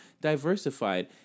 diversified